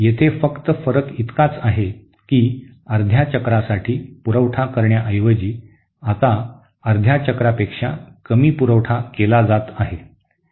येथे फक्त फरक इतकाच आहे की अर्ध्या चक्रासाठी पुरवठा करण्याऐवजी आता अर्ध्या चक्रापेक्षा कमी पुरवठा केला जात आहे